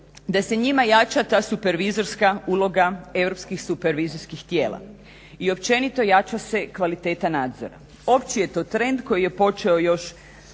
da se njima jača ta supervizorska uloga europskih supervizijskih tijela i općenito jača se kvaliteta nadzora. Opći je to trend koji je počeo još